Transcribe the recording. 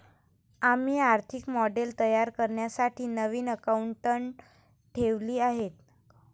आम्ही आर्थिक मॉडेल तयार करण्यासाठी नवीन अकाउंटंट ठेवले आहे